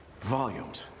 Volumes